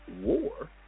war